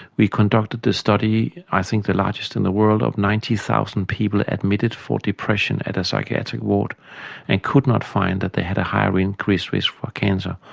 we conducted this study, i think the largest in the world, of ninety thousand people admitted for depression at a psychiatric ward and could not find that they had a higher increased risk for cancer.